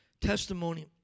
testimony